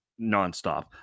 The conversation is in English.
nonstop